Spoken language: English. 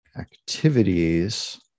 activities